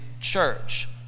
church